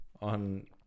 on